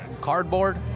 Cardboard